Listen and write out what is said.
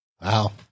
Wow